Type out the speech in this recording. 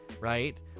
right